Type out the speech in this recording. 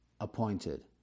appointed